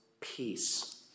peace